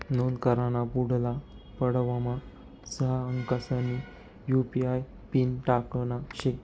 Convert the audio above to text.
नोंद कराना पुढला पडावमा सहा अंकसना यु.पी.आय पिन टाकना शे